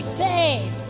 saved